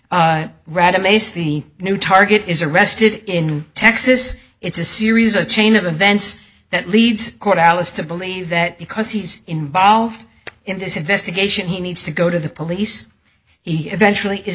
ace the new target is arrested in texas it's a series a chain of events that leads quite alice to believe that because he's involved in this investigation he needs to go to the police he eventually is